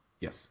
Yes